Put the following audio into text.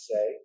say